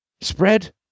Spread